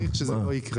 אני מעריך שזה לא יקרה.